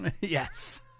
Yes